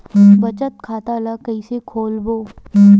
बचत खता ल कइसे खोलबों?